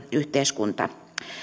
yhteiskunta